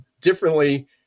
differently